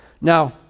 Now